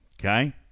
Okay